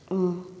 ꯑꯥ